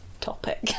topic